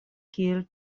kiel